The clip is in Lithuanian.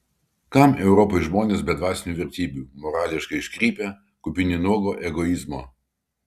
kam europai žmonės be dvasinių vertybių morališkai iškrypę kupini nuogo egoizmo